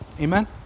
Amen